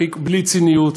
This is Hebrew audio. ובלי ציניות,